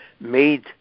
made